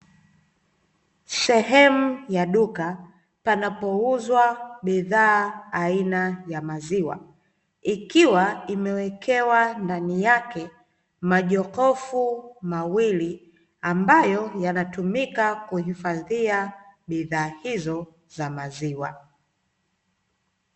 Sehemu ya duka panapouzwa bidhaa aina ya maziwa, ikiwa imewekewa ndani yake majokofu mawili ambayo yanatumika kuhifadhia bidhaa hizo za maziwa.